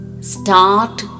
Start